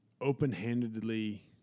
open-handedly